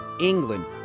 England